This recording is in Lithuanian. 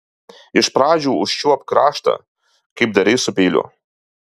iš pradžių užčiuopk kraštą kaip darei su peiliu